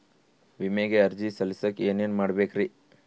ವಿಮೆಗೆ ಅರ್ಜಿ ಸಲ್ಲಿಸಕ ಏನೇನ್ ಮಾಡ್ಬೇಕ್ರಿ?